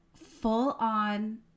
full-on